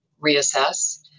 reassess